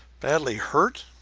badly hurt?